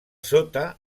sota